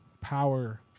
power